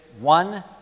one